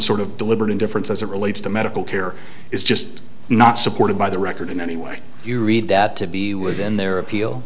sort of deliberate indifference as it relates to medical care is just not supported by the record in any way you read that to be would in their appeal